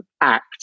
act